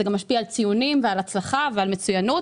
זה משפיע גם על הציונים ועל ההצלחה בלימודים.